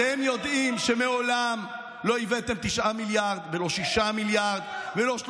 אתם יודעים שמעולם לא הבאתם 9 מיליארד ולא 6 מיליארד ולא 3